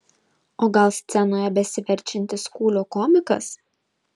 o gal scenoje besiverčiantis kūlio komikas